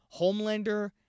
Homelander